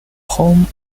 home